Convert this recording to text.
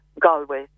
Galway